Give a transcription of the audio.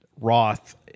Roth